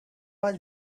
was